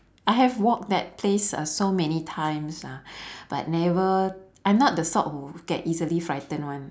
I have walked that place uh so many times ah but never I'm not the sort who get easily frightened [one]